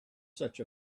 such